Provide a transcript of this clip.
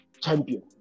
champion